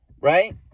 right